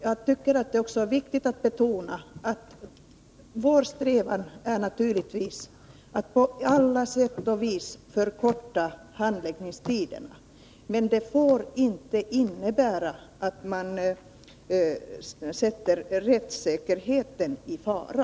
Jag tycker också att det är viktigt att betona att vår strävan naturligtvis är att på alla sätt och vis förkorta handläggningstiden. Men det får inte innebära att man sätter rättssäkerheten i fara.